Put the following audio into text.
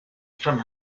from